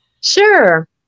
Sure